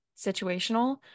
situational